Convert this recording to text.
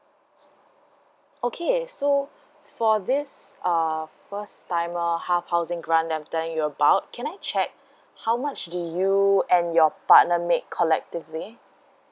okay so for this um first timer half housing grant that I'm telling you about can I check how much the you and your partner make collectively